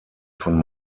von